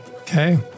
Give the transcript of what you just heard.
Okay